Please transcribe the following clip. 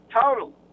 total